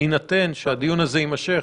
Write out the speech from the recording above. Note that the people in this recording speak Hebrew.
בהינתן שהדיון הזה יימשך,